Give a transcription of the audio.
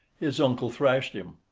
his uncle thrashed him.